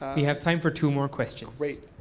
have time for two more questions. great,